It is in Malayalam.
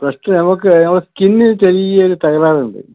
ഫസ്റ്റ് നമുക്ക് നമ്മളെ സ്കിന്നിന് ചെറിയ ഒരു തകരാറുണ്ട്